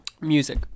Music